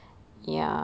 mm